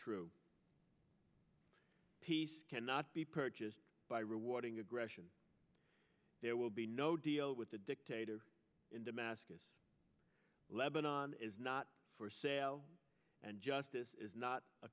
true peace cannot be purchased by rewarding aggression there will be no deal with the dictator in damascus lebanon is not for sale and justice is not a